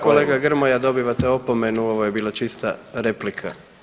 Kolega Grmoja dobivate opomenu ovo je bila čista replika.